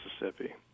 Mississippi